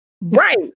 Right